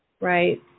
Right